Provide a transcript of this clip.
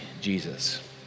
Jesus